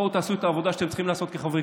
בואו תעשו את העבודה שאתם צריכים לעשות כחברי